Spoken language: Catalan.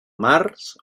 març